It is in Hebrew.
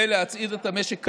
להצעיד את המשק קדימה,